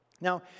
Now